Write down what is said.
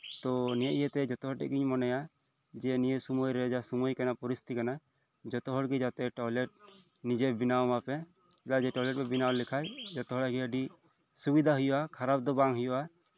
ᱛᱳ ᱱᱤᱭᱟᱹ ᱤᱭᱟᱹᱛᱮ ᱡᱚᱛᱚ ᱦᱚᱲ ᱴᱷᱮᱱ ᱤᱧ ᱢᱚᱱᱮᱭᱟ ᱡᱮ ᱱᱤᱭᱟᱹ ᱥᱚᱢᱚᱭᱨᱮ ᱡᱟ ᱥᱚᱢᱚᱭ ᱠᱟᱱᱟ ᱯᱚᱨᱤᱥᱤᱛᱷᱤ ᱛᱤ ᱠᱟᱱᱟ ᱡᱚᱛᱚ ᱦᱚᱲᱜᱮ ᱡᱟᱛᱮ ᱴᱚᱭᱞᱮᱴ ᱱᱤᱡᱮ ᱵᱮᱱᱟᱣ ᱟᱯᱮ ᱟᱨ ᱴᱚᱭᱞᱮᱴ ᱯᱮ ᱵᱮᱱᱟᱣ ᱞᱮᱠᱷᱟᱡ ᱡᱚᱛᱚ ᱦᱚᱲᱟᱜ ᱜᱮ ᱟᱹᱰᱤ ᱥᱩᱵᱤᱫᱷᱟ ᱦᱩᱭᱩᱜᱼᱟ ᱠᱷᱟᱨᱟᱯ ᱫᱚ ᱵᱟᱝ ᱦᱩᱭᱩᱜᱼᱟ